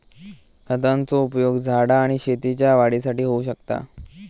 खतांचो उपयोग झाडा आणि शेतीच्या वाढीसाठी होऊ शकता